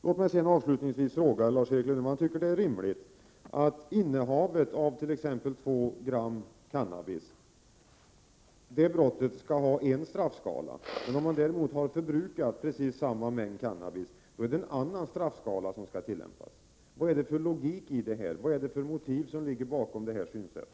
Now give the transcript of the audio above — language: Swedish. Låt mig avslutningsvis fråga Lars-Erik Lövdén om han tycker att det är rimligt att ett sådant brott som innehav av t.ex. två gram cannabis skall bedömas enligt en straffskala, medan däremot en annan straffskala skall tillämpas om vederbörande har förbrukat precis samma mängd cannabis. Vad är det för logik? Vad är det för motiv som ligger bakom detta synsätt?